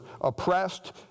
oppressed